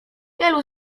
wielu